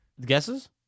Guesses